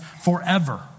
forever